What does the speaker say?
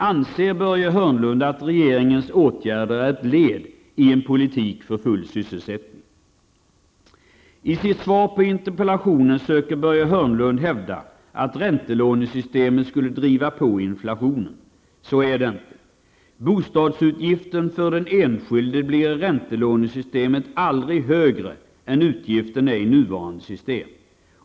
Anser Börje Hörnlund att regeringens åtgärder är ett led i en politik för full sysselsättning? I sitt svar på interpellationen söker Börje Hörnlund hävda att räntelånesystemet skulle driva på inflationen. Så är det inte. Bostadsutgiften för den enskilde blir med räntelånesystemet aldrig högre än utgiften är i nuvarande system.